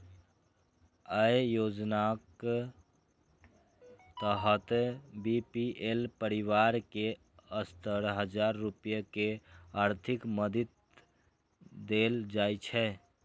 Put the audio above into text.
अय योजनाक तहत बी.पी.एल परिवार कें सत्तर हजार रुपैया के आर्थिक मदति देल जाइ छै